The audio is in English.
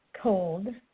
cold